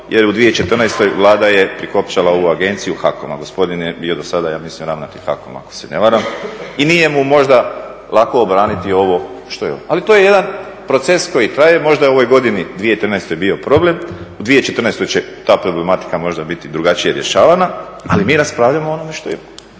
jer u 2014. Vlada je prikopčala ovu agenciju HAKOM-a. Gospodin je bio do sada ja mislim ravnatelj HAKOM-a ako se ne varam i nije mu možda lako obraniti ovo. Ali to je jedan proces koji traje. Možda je u ovoj godini 2013. bio problem. U 2014. će ta problematika možda biti drugačije rješavana, ali mi raspravljamo o onome što imamo.